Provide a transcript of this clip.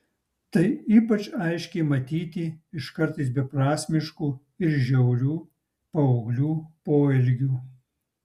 tai ypač aiškiai matyti iš kartais beprasmiškų ir žiaurių paauglių poelgių